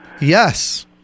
Yes